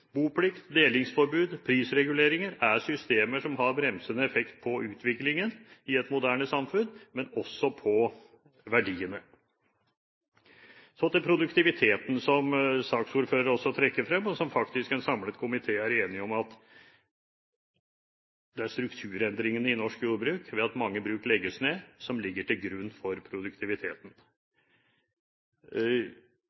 Boplikt, delingsforbud og prisreguleringer er systemer som har bremsende effekt på utviklingen i et moderne samfunn, også på verdiene. Så til produktiviteten: Som saksordføreren også trekker frem, og som faktisk en samlet komité er enig om, er at det er strukturendringene i norsk jordbruk, ved at mange bruk legges ned, som ligger til grunn for produktiviteten.